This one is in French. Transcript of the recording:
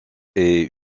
est